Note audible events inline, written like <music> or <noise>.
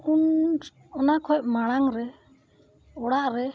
<unintelligible> ᱚᱱᱟ ᱠᱷᱚᱡ ᱢᱟᱲᱟᱝ ᱨᱮ ᱚᱲᱟᱜ ᱨᱮ